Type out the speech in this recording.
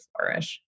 flourish